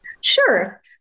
Sure